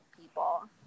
people